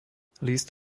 list